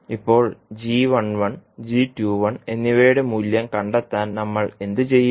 ഇപ്പോൾ g11 g21 എന്നിവയുടെ മൂല്യം കണ്ടെത്താൻ നമ്മൾ എന്ത് ചെയ്യും